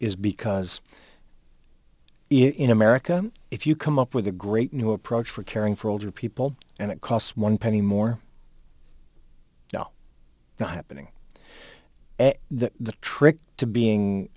because in america if you come up with a great new approach for caring for older people and it costs one penny more happening the trick to being